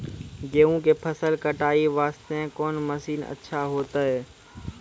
गेहूँ के फसल कटाई वास्ते कोंन मसीन अच्छा होइतै?